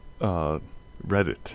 Reddit